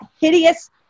hideous